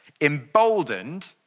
emboldened